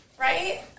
Right